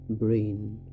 brain